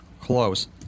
close